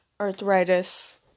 arthritis